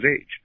age